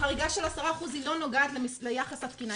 החריגה של 10% לא נוגעת ליחס התקינה.